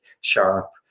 Sharp